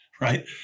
right